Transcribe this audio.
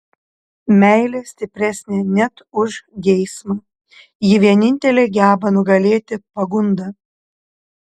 meilė stipresnė net už geismą ji vienintelė geba nugalėti pagundą